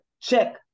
check